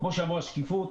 כמו שאמרו על שקיפות,